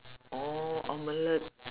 oh omelette